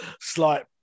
slight